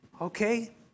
Okay